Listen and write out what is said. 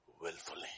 Willfully